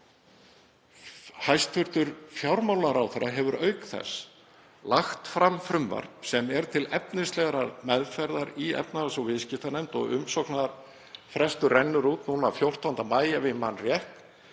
þeirra. Hæstv. fjármálaráðherra hefur auk þess lagt fram frumvarp, sem er til efnislegrar meðferðar í efnahags- og viðskiptanefnd og umsóknarfrestur rennur út 14. maí ef ég man rétt,